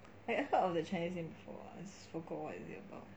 I heard of the chinese name before lah just forgot what is it about